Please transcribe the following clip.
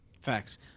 Facts